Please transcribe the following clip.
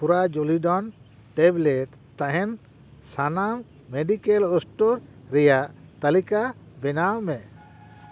ᱯᱩᱨᱟᱹ ᱡᱳᱞᱤᱰᱚᱞ tablet ᱛᱟᱦᱮᱱ ᱥᱟᱱᱟᱢ ᱢᱮᱰᱤᱠᱮᱞ ᱥᱴᱳᱨ ᱨᱮᱭᱟᱜ ᱛᱟᱹᱞᱤᱠᱟ ᱵᱮᱱᱟᱣ ᱢᱮ